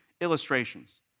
illustrations